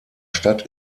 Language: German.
stadt